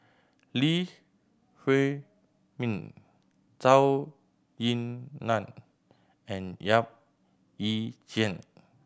Lee Huei Min Zhou Ying Nan and Yap Ee Chian